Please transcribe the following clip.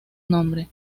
nombre